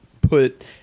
put